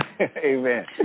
Amen